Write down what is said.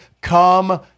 Come